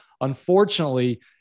unfortunately